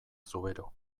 zubero